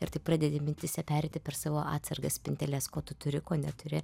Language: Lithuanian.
ir tik pradedi mintyse pereiti per savo atsargas spinteles ko tu turi ko neturi